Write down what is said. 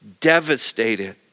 devastated